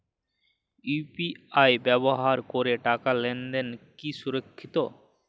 UPI ব্যবহার করে টাকা লেনদেন কি সুরক্ষিত?